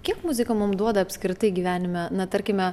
kiek muzika mum duoda apskritai gyvenime na tarkime